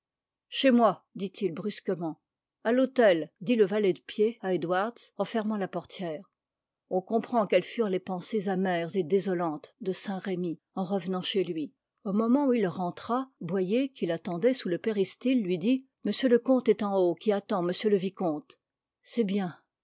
chez moi dit-il brusquement à l'hôtel dit le valet de pied à edwards en fermant la portière on comprend quelles furent les pensées amères et désolantes de saint-remy en revenant chez lui au moment où il rentra boyer qui l'attendait sous le péristyle lui dit m le comte est en haut qui attend m le vicomte c'est bien